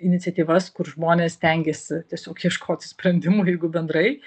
iniciatyvas kur žmonės stengiasi tiesiog ieškoti sprendimų jeigu bendrai